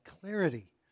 clarity